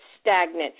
stagnant